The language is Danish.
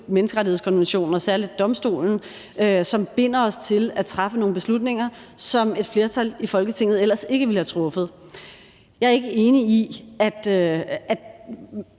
menneskerettighedskonventionen og særlig Domstolen indimellem binder os til at træffe nogle beslutninger, som et flertal i Folketinget ellers ikke ville have truffet. Hvis vi ønskede at